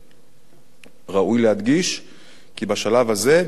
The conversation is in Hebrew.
ראוי להדגיש כי בשלב הזה מכסות הייבוא בפטור